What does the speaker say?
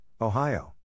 Ohio